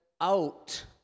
out